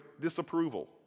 disapproval